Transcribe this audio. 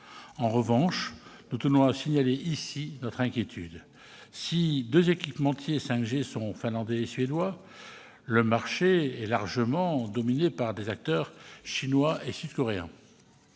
En revanche, nous tenons à signaler ici notre inquiétude. Si deux équipementiers 5G sont finlandais et suédois, le marché est largement dominé par des acteurs chinois et sud-coréens.